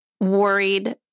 worried